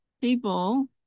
people